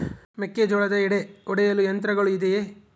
ಮೆಕ್ಕೆಜೋಳದ ಎಡೆ ಒಡೆಯಲು ಯಂತ್ರಗಳು ಇದೆಯೆ?